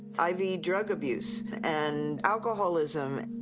i v drug abuse and alcoholism.